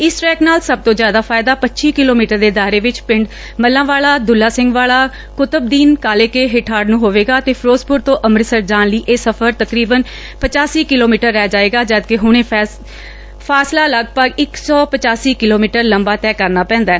ਇਸ ਟਰੈਕ ਨਾਲ ਸਭ ਤੋਂ ਜ਼ਿਆਦਾ ਫ਼ਾਇਦਾ ਪੱਚੀ ਕਿਲੋਮੀਟਰ ਦੇ ਦਾਇਰੇ ਵਿੱਚ ਪਿੰਡ ਮੱਲਾਵਾਲਾ ਦੁੱਲਾ ਸਿੰਘ ਵਾਲਾ ਕੁਤਬਦੀਨ ਕਾਲੇਕੇ ਹਿਠਾੜ ਨੂੰ ਹੋਵੇਗਾ ਅਤੇ ਫਿਰੋਜ਼ਪੁਰ ਤੋਂ ਅੰਮ੍ਰਿਤਸਰ ਜਾਣ ਲਈ ਇਹ ਸਫਰ ਤਕਰੀਬਨ ਪਚਾਸੀ ਕਿਲੋਮੀਟਰ ਰਹਿ ਜਾਏਗਾ ਜਦਕਿ ਹੁਣ ਇਹ ਫੈਸਲਾ ਲੱਗਭੱਗ ਇੱਕ ਸੌ ਪਚਾਸੀ ਕਿਲੋਮੀਟਰ ਲੰਬਾ ਤੈਅ ਕਰਨਾ ਪੈਂਦੈ